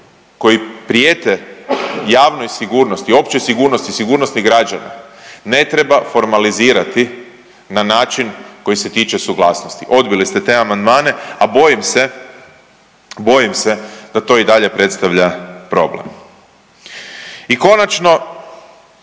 koji prijete javnoj sigurnosti, općoj sigurnosti, sigurnosti građana ne treba formalizirati na način koji se tiče suglasnosti. Odbili ste te amandmane, a bojim se, bojim se da to i dalje predstavlja problem. I konačno